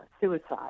suicide